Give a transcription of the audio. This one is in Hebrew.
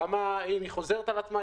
כמה היא חוזרת על עצמה.